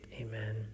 amen